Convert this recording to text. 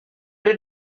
did